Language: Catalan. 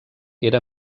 era